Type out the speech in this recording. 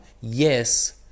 Yes